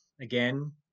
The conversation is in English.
again